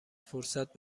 فرصت